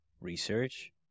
research